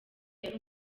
yari